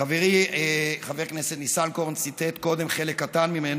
חברי חבר הכנסת ניסנקורן ציטט קודם חלק קטן ממנו,